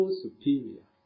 superior